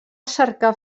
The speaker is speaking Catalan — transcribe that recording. cercar